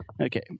Okay